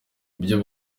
ibyo